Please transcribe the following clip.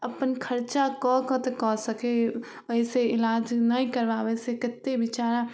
अपन खरचा कऽ कऽ तऽ कऽ सकै ओहिसे इलाज नहि करबाबै से कतेक बेचारा